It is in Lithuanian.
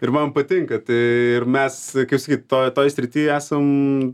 ir man patinka tai ir mes kaip sakyt toj toj srityj esam